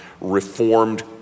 reformed